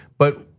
but,